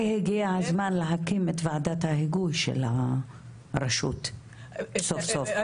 הגיע הזמן להקים את ועדת ההיגוי של הרשות סוף סוף.